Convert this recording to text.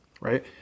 right